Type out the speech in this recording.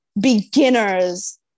Beginners